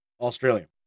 Australia